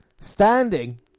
standing